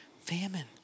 Famine